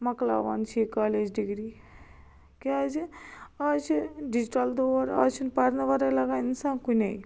مۄکلاوان چھِ یہ کالیج ڈِگری کیازِ آز چھِ ڈِجٹل دور آز چھُ نہ پرنہٕ وراے لگان اِنسان کُنے